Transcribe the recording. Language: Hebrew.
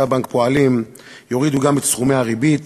בנק הפועלים יורידו גם את סכומי הריבית.